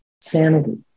sanity